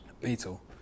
Beetle